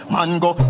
Mango